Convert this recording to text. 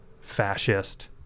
fascist